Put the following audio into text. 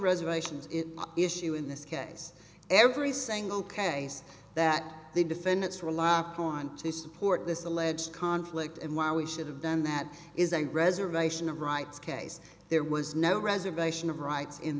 reservations issue in this case every saying ok that the defendants rely upon to support this alleged conflict and why we should have done that is a reservation of rights case there was no reservation of rights in